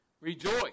Rejoice